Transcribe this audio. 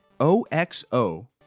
OXO